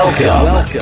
Welcome